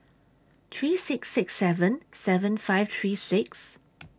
three six six seven seven five three six